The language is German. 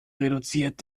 reduziert